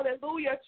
hallelujah